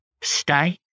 stay